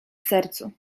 sercu